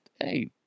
hey